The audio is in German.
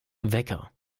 wecker